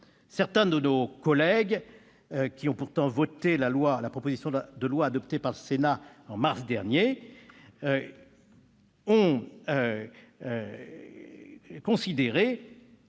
Certains de nos collègues, qui ont pourtant voté la proposition de loi adoptée par le Sénat en mars dernier, ont considéré